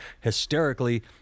hysterically